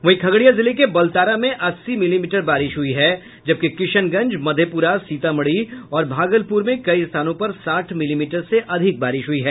वहीं खगड़िया जिले के बलतारा में अस्सी मिलीमीटर बारिश हुई है जबकि किशनगंज मधेपुरा सीतामढ़ी और भागलपुर में कई स्थानों पर साठ मिलीमीटर से अधिक बारिश हुई है